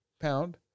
Pound